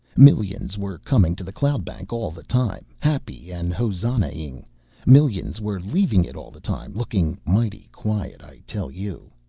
millions were coming to the cloud-bank all the time, happy and hosannahing millions were leaving it all the time, looking mighty quiet, i tell you.